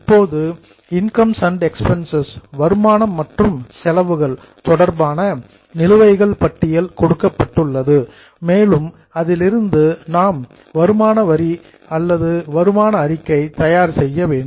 இப்போது incomes and expenses வருமானம் மற்றும் செலவுகள் தொடர்பான நிலுவைகள் பட்டியல் கொடுக்கப்பட்டுள்ளது மேலும் அதிலிருந்து நாம் இன்கம் ஸ்டேட்மெண்ட் வருமான அறிக்கையை தயார் செய்ய வேண்டும்